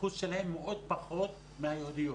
האחוז שלהם עוד פחות מהיהודיות,